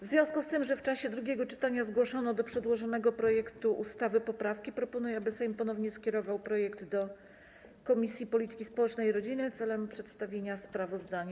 W związku z tym, że w czasie drugiego czytania zgłoszono do przedłożonego projektu ustawy poprawki, proponuję, aby Sejm ponownie skierował projekt do Komisji Polityki Społecznej i Rodziny celem przedstawienia sprawozdania.